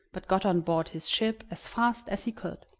but got on board his ship as fast as he could.